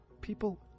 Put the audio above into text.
people